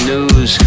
News